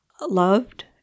loved